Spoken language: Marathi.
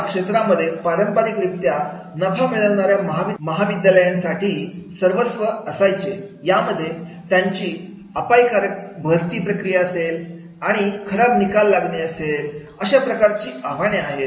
या क्षेत्रामध्ये पारंपारिक रित्या नफा मिळणाऱ्या महाविद्यालयांसाठी वर्चस्व असायचेयामध्ये त्यांची अपायकारक भरतीप्रक्रिया आणि खराब निकाल लागणे अशा प्रकारची आव्हाने आहेत